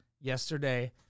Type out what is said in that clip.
yesterday